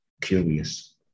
curious